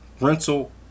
Rental